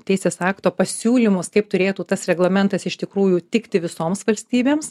teisės akto pasiūlymus kaip turėtų tas reglamentas iš tikrųjų tikti visoms valstybėms